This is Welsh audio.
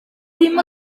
ddim